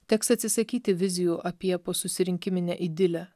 teks atsisakyti vizijų apie posusirinkiminę idilę